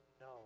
no